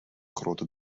grote